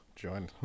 join